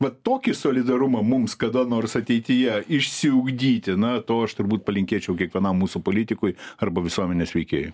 vat tokį solidarumą mums kada nors ateityje išsiugdyti na to aš turbūt palinkėčiau kiekvienam mūsų politikui arba visuomenės veikėjui